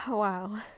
Wow